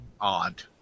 odd